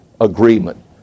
agreement